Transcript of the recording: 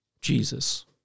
Jesus